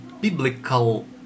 biblical